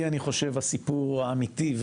היא אני חושב הסיפור האמיתי,